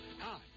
Hi